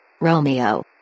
Romeo